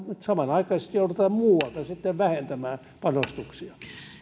samanaikaisesti joudutaan muualta vähentämään panostuksia